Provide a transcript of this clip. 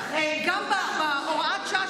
גם בהוראת השעה,